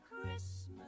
Christmas